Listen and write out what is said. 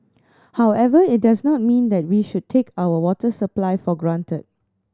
however it does not mean that we should take our water supply for granted